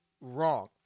wrong